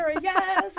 yes